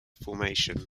formation